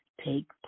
take